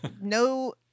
no